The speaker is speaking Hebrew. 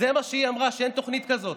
זה מה שהיא אמרה, שאין תוכנית כזאת.